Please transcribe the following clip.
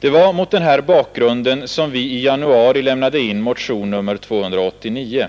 Det var mot den bakgrunden som vi i januari lämnade in motionen 4" Riksdagens protokoll 1972. Nr 85—86 289.